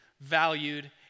valued